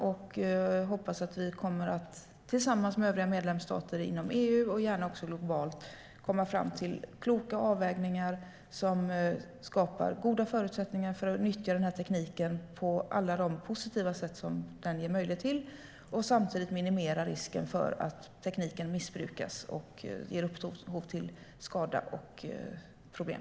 Jag hoppas att vi tillsammans med övriga medlemsstater inom EU, och gärna även globalt, kommer fram till kloka avvägningar som skapar goda förutsättningar för att nyttja tekniken på alla de positiva sätt den ger möjlighet till och samtidigt minimerar risken för att tekniken missbrukas och ger upphov till skada och problem.